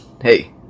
Hey